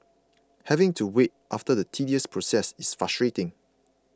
having to wait after the tedious process is frustrating